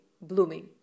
blooming